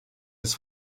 des